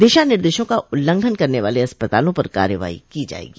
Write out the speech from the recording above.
दिशा निर्देशों का उल्लंघन करने वाले अस्पतालों पर कार्रवाई की जायेगी